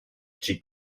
chi